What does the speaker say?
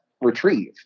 retrieve